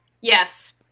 Yes